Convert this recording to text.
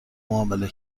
معامله